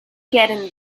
getting